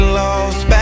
lost